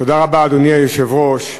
אדוני היושב-ראש,